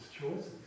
choices